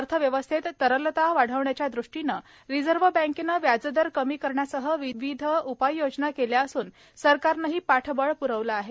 अर्थव्यवस्थेत तरलता वाढवण्याच्या दृष्टीने रिझर्व बँकेनं व्याजदर कमी करण्यासह विविध उपाययोजना केल्या असून सरकारनंही पाठबळ प्रवलं आहे